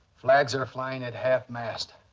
flags are flying at half-mast.